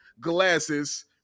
glasses